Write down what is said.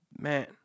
Man